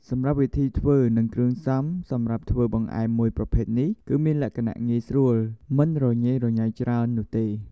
សម្រាប់វិធីធ្វើ និងគ្រឿងផ្សំសម្រាប់ធ្វើបង្អែមមួយប្រភេទនេះ គឺមានលក្ខណៈងាយស្រួលមិនរញ៉េរញ៉ៃច្រើននោះទេ។